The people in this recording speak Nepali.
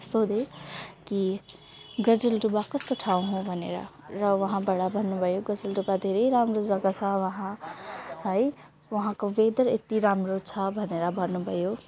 सोधेँ कि गजलडुब्बा कस्तो ठाउँ हो भनेर र वहाँबटा भन्नुभयो गजलडुब्बा धेरै राम्रो जग्गा छ वहाँ है वहाँको वेदर यति राम्रो छ भनेर भन्नुभयो